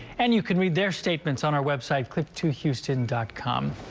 and you can read their statements on our website click two houston dot com.